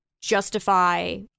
justify